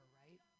right